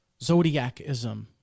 Zodiacism